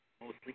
mostly